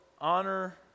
honor